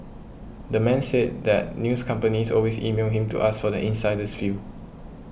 the man says that news companies always email him to ask for the insider's view